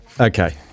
Okay